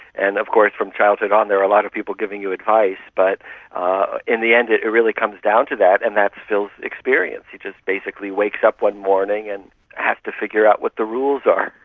and of course from childhood on there are a lot of people giving you advice, but ah in the end it it really comes down to that, and that is phil's experience he just basically wakes up one morning and has to figure out what the rules are.